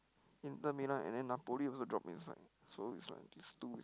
Inter-Milan and then Napoli also drop inside so there's like this two